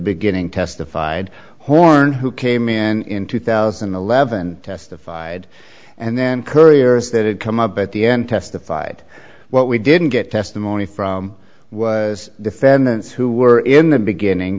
beginning testified horn who came in two thousand and eleven testified and then couriers that it come up at the end testified what we didn't get testimony from was defendants who were in the beginning